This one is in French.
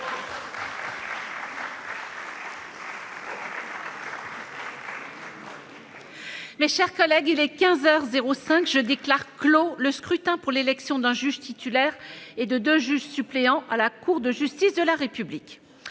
Mes chers collègues, il est quinze heures cinq. Je déclare clos le scrutin pour l'élection d'un juge titulaire et de deux juges suppléants à la Cour de justice de la République.